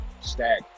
Stack